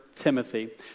Timothy